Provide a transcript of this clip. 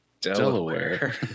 Delaware